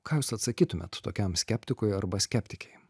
ką jūs atsakytumėt tokiam skeptikui arba skeptikei